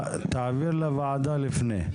תעביר לוועדה לפני.